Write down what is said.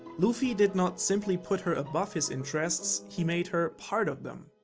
luffy did not simply put her above his interests. he made her part of them.